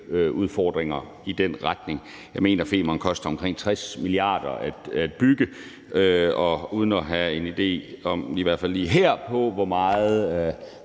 udfordringer i den retning. Jeg mener, at Femernforbindelsen koster omkring 60 mia. kr. at bygge, og uden at have en idé i hvert fald lige her om, hvor mange